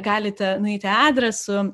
galite nueiti adresu